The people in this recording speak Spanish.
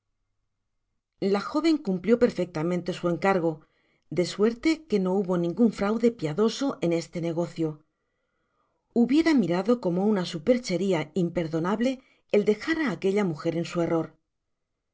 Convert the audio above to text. la jóven cumplió perfectamente su encargo de suerte que no hubo ningun fraude piadoso en este negocio hubiera mirado como una supercheria imperdonable el dejar á aquella mujer en su error